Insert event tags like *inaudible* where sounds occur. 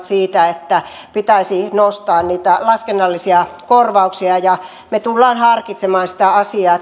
*unintelligible* siitä että pitäisi nostaa niitä laskennallisia korvauksia me tulemme harkitsemaan sitä asiaa *unintelligible*